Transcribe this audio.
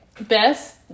Best